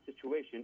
situation